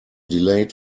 delayed